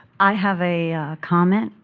i have a comment,